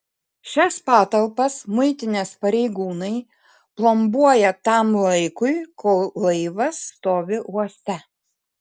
šias patalpas muitinės pareigūnai plombuoja tam laikui kol laivas stovi uoste